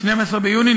12 ביוני,